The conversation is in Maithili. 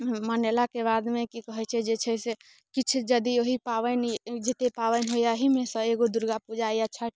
मनेलाके बादमे की कहैत छै जे छै से किछु यदि ओही पाबनि जते पाबनि होइया एहिमेस एगो दुर्गा पूजा यऽ छठि